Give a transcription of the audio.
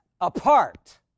apart